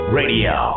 radio